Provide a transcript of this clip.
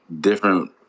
different